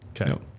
okay